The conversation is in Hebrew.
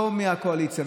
לא מהקואליציה,